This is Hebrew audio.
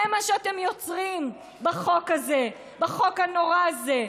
זה מה שאתם יוצרים בחוק הזה, בחוק הנורא הזה.